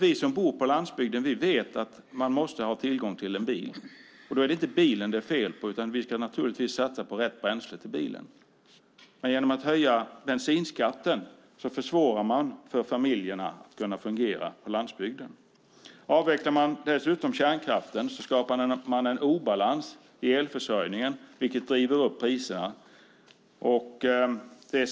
Vi som bor på landsbygden vet att man måste ha tillgång till bil. Det är inte bilen det är fel på. Vi ska naturligtvis satsa på rätt bränsle till bilen. Genom att höja bensinskatten försvårar man för familjer att fungera på landsbygden. Om man dessutom avvecklar kärnkraften skapar man obalans i elförsörjningen vilket driver upp priserna.